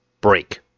break